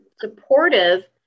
supportive